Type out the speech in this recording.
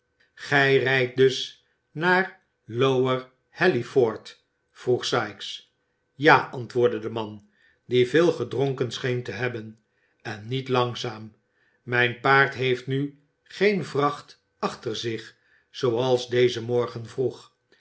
gij rijdt dus naar lower halliford vroeg sikes ja antwoordde de man die veel gedronken scheen te hebben en niet langzaam mijn paard heeft nu geen vracht achter zich zooals dezen morgen vroeg